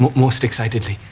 most excitedly.